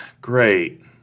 Great